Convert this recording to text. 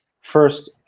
first